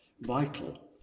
vital